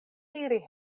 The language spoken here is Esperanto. iri